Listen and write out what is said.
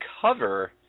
cover